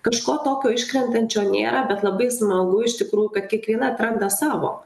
kažko tokio iškrentančio nėra bet labai smagu iš tikrųjų kad kiekviena atranda savo